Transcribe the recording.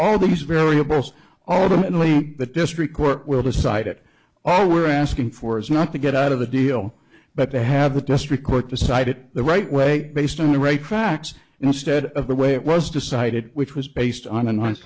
all these variables all the only the district court will decide it all we're asking for is not to get out of the deal but they have the district court decided the right way based on the right facts instead of the way it was decided which was based on a